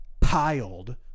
piled